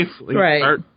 Right